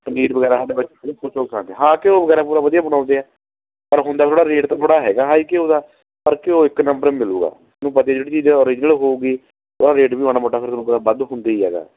ਪਨੀਰ ਵਗੈਰਾ ਸਾਡੇ ਬੱਚੇ ਖੁਸ਼ ਹੋ ਖਾਂਦੇ ਆ ਹਾਂ ਘਿਓ ਵਗੈਰਾ ਪੂਰਾ ਵਧੀਆ ਬਣਾਉਂਦੇ ਆ ਪਰ ਹੁੰਦਾ ਥੋੜ੍ਹਾ ਰੇਟ ਤਾਂ ਥੋੜ੍ਹਾ ਹੈਗਾ ਹਾਈ ਘਿਓ ਦਾ ਪਰ ਘਿਓ ਇੱਕ ਨੰਬਰ ਮਿਲੇਗਾ ਤੁਹਾਨੂੰ ਪਤਾ ਜਿਹੜੀ ਚੀਜ਼ ਓਰਿਜਨਲ ਹੋਊਗੀ ਉਹਦਾ ਰੇਟ ਵੀ ਮਾੜਾ ਮੋਟਾ ਫਿਰ ਹੋਊਗਾ ਵੱਧ ਹੁੰਦਾ ਹੀ ਹੈਗਾ